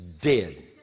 dead